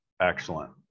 Excellent